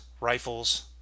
rifles